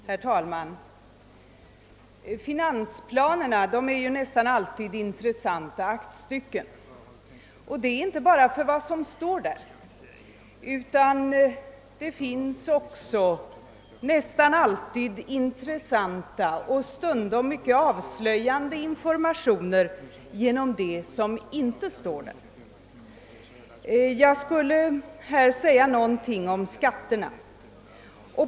Herr talman! Finansplaner är nästan alltid intressanta aktstycken, inte bara för vad som står i dem. Nästan alltid finns det också intressanta och stundom mycket avslöjande informationer genom det som inte står i dem. Jag skulle här vilja säga någonting om skatterna.